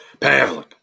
Pavlik